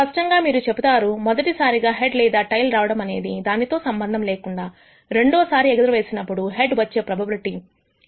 స్పష్టంగా మీరు చెప్తారు మొదటిసారి హెడ్ లేదా టెయిల్ రావడం అనేది దానితో సంబంధం లేకుండా రెండోసారి ఎగరవేసినప్పుడు హెడ్ వచ్చే ప్రొబబిలిటి ఇంకా 0